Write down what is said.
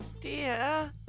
Dear